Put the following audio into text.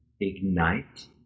ignite